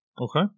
okay